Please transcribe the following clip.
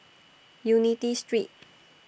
Unity Street